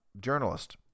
journalist